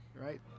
right